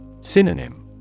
Synonym